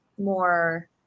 more